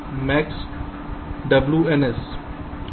max WNS